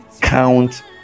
count